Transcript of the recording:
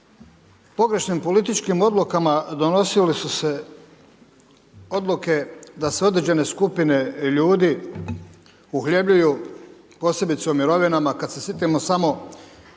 pogrešnim političkim odlukama donosile su se odluke da se određene skupine ljudi uhljebljuju posebice u mirovinama, kada se sjetimo samo 2001.